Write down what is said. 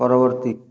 ପରବର୍ତ୍ତୀ